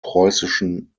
preußischen